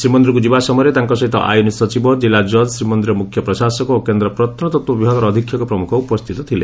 ଶ୍ରୀମନ୍ଦିରକୁ ଯିବା ସମୟରେ ତାଙ୍କ ସହିତ ଆଇନ ସଚିବ ଜିଲାଜକ୍ ଶ୍ରୀମନ୍ଦିର ମୁଖ୍ୟ ପ୍ରଶାସକ ଓ କେନ୍ଦ୍ ପ୍ରତ୍ନତ୍ତ୍ୱ ବିଭାଗର ଅଧୀକ୍ଷକ ପ୍ରମୁଖ ଉପସ୍ଥିତ ଥିଲେ